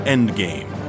Endgame